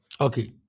Okay